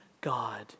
God